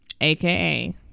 aka